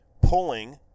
pulling